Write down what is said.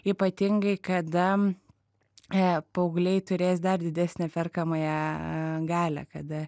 ypatingai kada e paaugliai turės dar didesnę perkamąją galią kada